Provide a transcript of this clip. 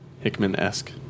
Hickman-esque